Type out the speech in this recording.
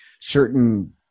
certain